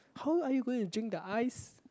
how are you going to drink the ice